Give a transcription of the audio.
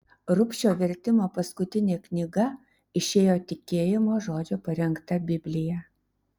rubšio vertimo paskutinė knyga išėjo tikėjimo žodžio parengta biblija